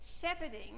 shepherding